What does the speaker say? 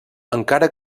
encara